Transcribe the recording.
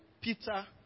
Peter